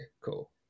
cool